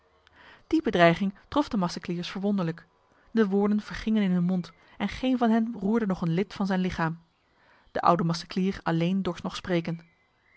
die bedreiging trof de macecliers verwonderlijk de woorden vergingen in hun mond en geen van hen roerde nog een lid van zijn lichaam de oude maceclier alleen dorst nog spreken